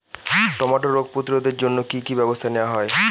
টমেটোর রোগ প্রতিরোধে জন্য কি কী ব্যবস্থা নেওয়া হয়?